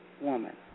woman